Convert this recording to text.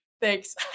Thanks